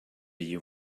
you